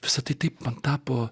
visa tai taip man tapo